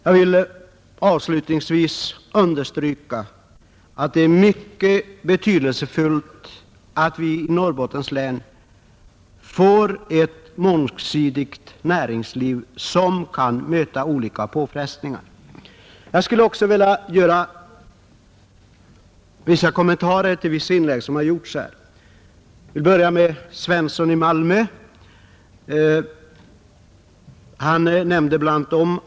Jag vill understryka att det är mycket betydelsefullt att vi i Norrbottens län får ett mångsidigt näringsliv som kan möta olika påfrestningar. Jag skulle också vilja göra några kommentarer till vissa inlägg som har gjorts här. Herr Svensson i Malmö sade bla.